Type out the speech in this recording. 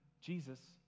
Jesus